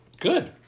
Good